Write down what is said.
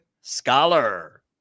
Scholar